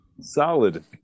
solid